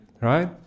Right